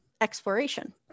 exploration